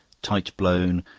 tight blown,